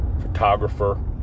photographer